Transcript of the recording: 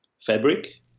fabric